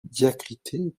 diacritée